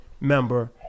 member